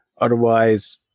otherwise